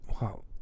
Wow